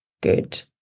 good